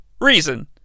reason